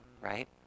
right